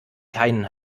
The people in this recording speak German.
keinen